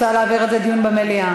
רוצה להעביר את זה לדיון במליאה.